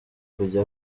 kujya